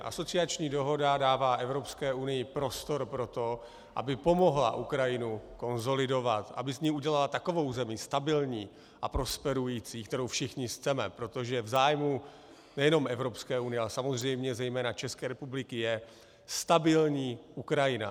Asociační dohoda dává Evropské unii prostor pro to, aby pomohla Ukrajinu konsolidovat, aby z ní udělala takovou zemi stabilní a prosperující, kterou všichni chceme, protože v zájmu nejenom Evropské unie, ale samozřejmě zejména České republiky je stabilní Ukrajina.